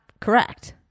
correct